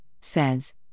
says